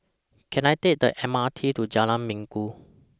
Can I Take The M R T to Jalan Minggu